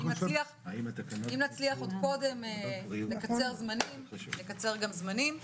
אם נצליח עוד קודם לקצר זמנים נקצר גם זמנים.